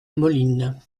moline